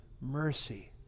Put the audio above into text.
mercy